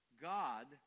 God